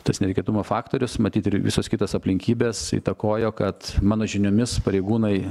tas netikėtumo faktorius matyt ir visos kitos aplinkybės įtakojo kad mano žiniomis pareigūnai